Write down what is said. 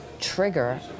trigger